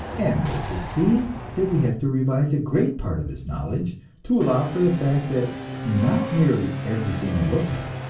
and makes it seem that we have to revise a great part of this knowledge to allow for the fact that not merely everything we look at,